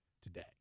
today